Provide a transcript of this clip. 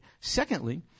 Secondly